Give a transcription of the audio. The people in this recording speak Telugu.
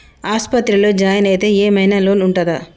ఆస్పత్రి లో జాయిన్ అయితే ఏం ఐనా లోన్ ఉంటదా?